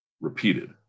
repeated